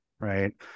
right